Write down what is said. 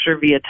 via